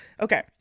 okay